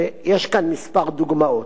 ויש כאן כמה דוגמאות: